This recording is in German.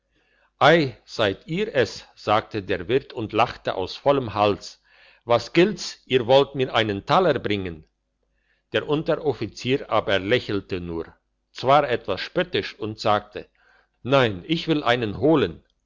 seid ihr es sagte der wirt und lachte aus vollem halse was gilt's ihr wollt mir einen taler bringen der unteroffizier aber lächelte nur zwar etwas spöttisch und sagte nein ich will einen holen